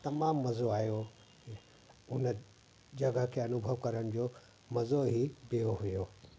पर तमामु मज़ो आहियो हुन जॻहि खे अनुभव करण जो मज़ो ई ॿियो हुयो